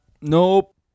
nope